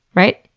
right?